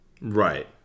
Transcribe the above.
Right